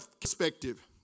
perspective